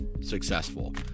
successful